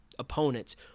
Opponents